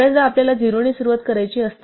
बऱ्याचदा आपल्याला 0 ने सुरुवात करायची असते